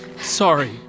sorry